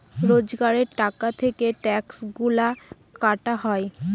রোজগারের টাকা থেকে ট্যাক্সগুলা কাটা হয়